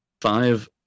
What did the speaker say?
five